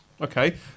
Okay